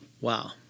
Wow